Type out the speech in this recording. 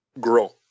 grow